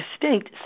distinct